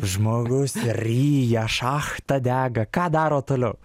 žmogus ryja šachta dega ką daro toliau